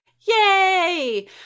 yay